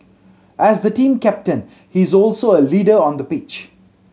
as the team captain he is also a leader on the pitch